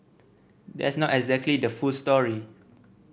that's not exactly the full story